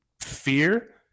fear